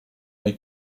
may